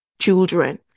children